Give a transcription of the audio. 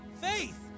faith